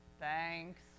Thanks